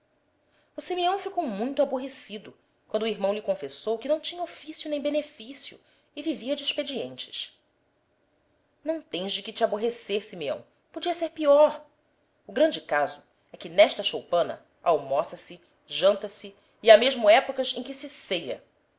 o simeão ficou muito aborrecido quando o irmão lhe confessou que não tinha ofício nem benefício e vivia de expedientes não tens de que te aborrecer símeão podia ser pior o grande caso é que nesta choupana almoça-se janta-se e há mesmo épocas em que se ceia